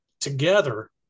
together